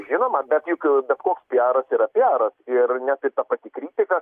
žinoma bet juk bet koks piaras yra piaras ir ne tai ta pati kritika